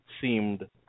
seemed